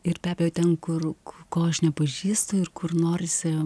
ir be abejo ten kur ko aš nepažįstu ir kur norisi